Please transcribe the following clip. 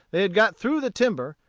they had got through the timber,